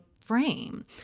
frame